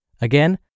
Again